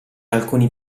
alcuni